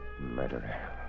Murderer